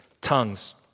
tongues